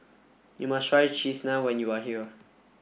you must try cheese naan when you are here